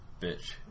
bitch